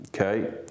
Okay